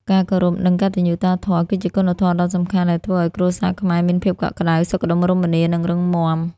ការគោរព និងកតញ្ញុតាធម៌គឺជាគុណធម៌ដ៏សំខាន់ដែលធ្វើឲ្យគ្រួសារខ្មែរមានភាពកក់ក្តៅ សុខដុមរមនា និងរឹងមាំ។